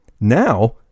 Now